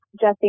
Jesse